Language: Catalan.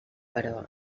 però